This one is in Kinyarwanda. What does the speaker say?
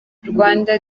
rwanda